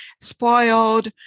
spoiled